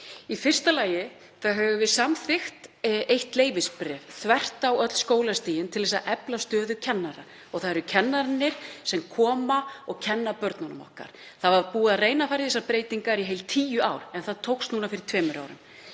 Í fyrsta lagi höfum við samþykkt eitt leyfisbréf þvert á öll skólastigin til að efla stöðu kennara og það eru kennararnir sem kenna börnunum. Búið var að reyna að fara í þessar breytingar í heil tíu ár en það tókst núna fyrir tveimur árum.